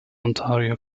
ontario